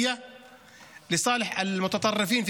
שהם לטובת האזרחים,